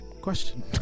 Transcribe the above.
question